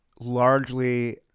largely